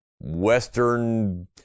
western